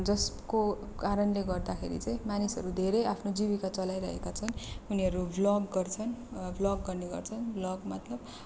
जसको कारणले गर्दाखेरि चाहिँ मानिसहरू धेरै आफ्नो जिविका चलाइरहेका छन् उनीहरू भ्लग गर्छन् भ्लग गर्ने गर्छन् भ्लगमार्फत